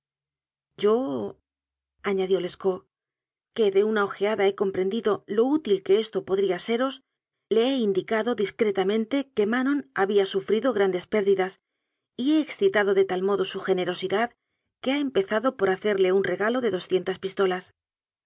días yoañadió lescaut que de una ojeada he comprendido lo útil que esto po dría seros le he indicado discretamente que ma non había sufrido grandes pérdidas y he excitado de tal modo su generosidad que ha empezado por hacerle un regalo de doscientas pistolas